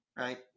right